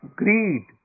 greed